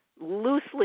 loosely